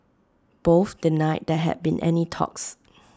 both denied there had been any talks